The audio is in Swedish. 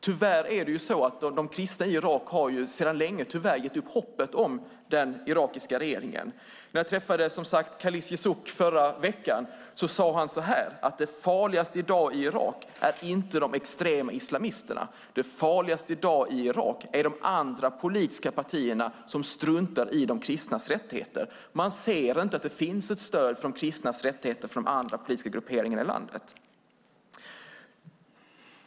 Tyvärr har de kristna i Irak sedan länge gett upp hoppet om den irakiska regeringen. Jag träffade som sagt Khalis Lesuc förra veckan. Han sade så här: De farligaste i dag i Irak är inte extremislamisterna. De farligaste i dag i Irak är de andra politiska partierna, som struntar i de kristnas rättigheter. Man ser inte att det finns ett stöd för de kristnas rättigheter från andra politiska grupperingar i landet.